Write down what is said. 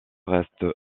restent